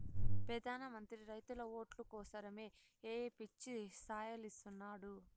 పెదాన మంత్రి రైతుల ఓట్లు కోసరమ్ ఏయో పిచ్చి సాయలిస్తున్నాడు